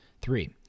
three